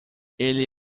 ele